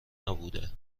نبوده